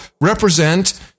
represent